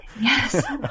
Yes